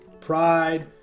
Pride